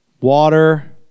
water